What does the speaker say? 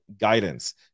guidance